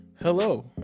Hello